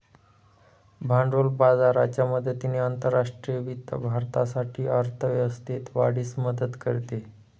भांडवल बाजाराच्या मदतीने आंतरराष्ट्रीय वित्त भारतासाठी अर्थ व्यवस्थेस वाढीस मदत करते